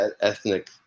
ethnic